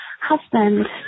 husband